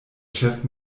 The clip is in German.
chef